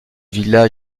villa